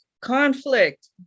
conflict